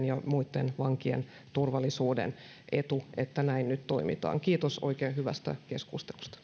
ja vankien turvallisuuden etu että näin nyt toimitaan kiitos oikein hyvästä keskustelusta